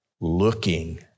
looking